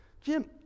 Jim